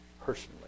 personally